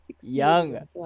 Young